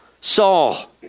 Saul